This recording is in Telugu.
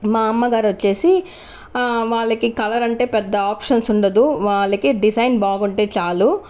మా అమ్మగారు వచ్చేసి వాళ్ళకి కలర్ అంటే పెద్ద ఆప్షన్స్ ఉండదు వాళ్ళకి డిజైన్ బాగుంటే చాలు